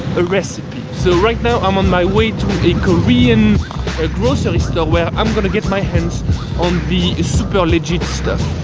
a recipe. so right now i'm on my way to a korean ah grocery store where i'm gonna get my hands on the super legit stuff.